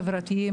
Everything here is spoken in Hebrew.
חברתיים,